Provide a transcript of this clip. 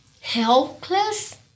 helpless